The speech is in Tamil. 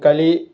களி